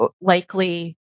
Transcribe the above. likely